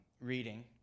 reading